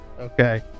Okay